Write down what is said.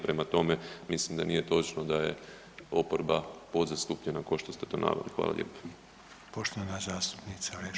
Prema tome, mislim da nije točno da je oporba podzastupljena, kao što ste to naveli.